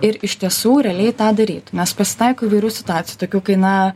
ir iš tiesų realiai tą darytų nes pasitaiko įvairių situacijų tokių kai na